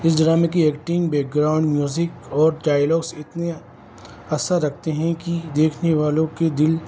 اس ڈرامے کی acting background music اور ڈائلاگس اتنے اثر رکھتے ہیں کہ دیکھنے والوں کے دل